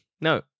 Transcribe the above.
no